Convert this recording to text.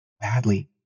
badly